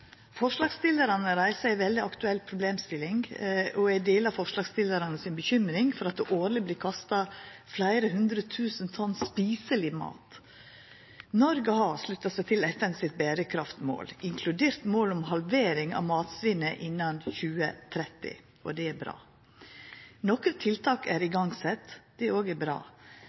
Forslagsstillarane reiser ei veldig aktuell problemstilling, og eg deler forslagsstillarane si bekymring for at det årleg vert kasta fleire hundre tusen tonn spiseleg mat. Noreg har slutta seg til FN sine berekraftsmål, inkludert mål om halvering av matsvinnet innan 2030 – og det er bra. Nokre tiltak er igangsette, det er òg bra. Det er